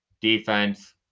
Defense